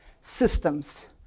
systems